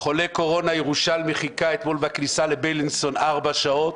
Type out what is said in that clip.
חולה קורונה ירושלמי חיכה אתמול בכניסה לבילינסון ארבע שעות.